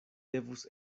devus